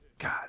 God